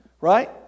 right